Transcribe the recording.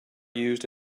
used